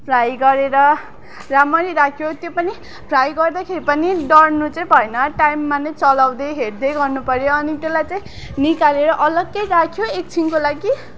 fry गरेर रामरी राख्यो त्यो पनि फ्राई गर्दाखेरि पनि डढ्नु चाहिँ भएन टाइममा नै चलाउँदै हेर्दै गर्नु पऱ्यो अनि त्यसलाई चाहिँ निकालेर अलग्गै राख्यो एकछिनको लागि